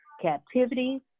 captivity